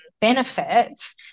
benefits